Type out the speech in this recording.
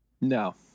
no